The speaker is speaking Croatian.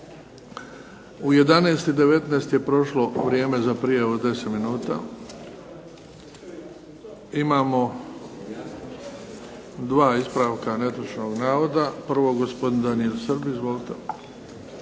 U 11,19 je prošlo vrijeme za prijavu 10 minuta. Imamo dva ispravka netočnog navoda. Prvo gospodin Daniel Srb, izvolite.